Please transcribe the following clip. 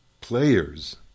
players